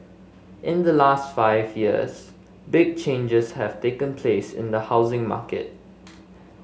in the last five years big changes have taken place in the housing market